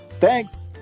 Thanks